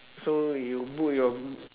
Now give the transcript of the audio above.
so you book your b~